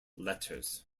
letters